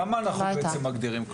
למה אנחנו מגדירים כלוב?